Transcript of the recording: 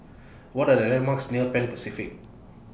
What Are The landmarks near Pan Pacific